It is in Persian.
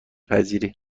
پذیری